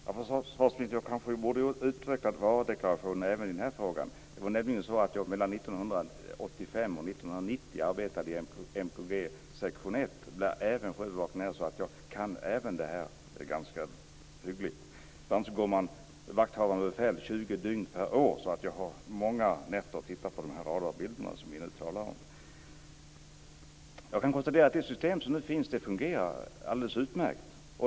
Fru talman! Försvarsministern kanske borde ha utvecklat varudeklarationen även i denna fråga. Det var nämligen så att jag 1985-1990 arbetade i MKG sektion 1, där även sjöövervakningen är, så jag kan även detta ganska hyggligt. Ibland går vakthavande befäl 20 dygn per år. Jag har därför under många nätter tittat på de radarbilder som vi nu talar om. Jag kan påstå att det system som nu finns fungerar alldeles utmärkt.